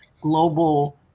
global